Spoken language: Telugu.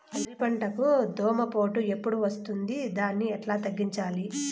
వరి పంటకు దోమపోటు ఎప్పుడు వస్తుంది దాన్ని ఎట్లా తగ్గించాలి?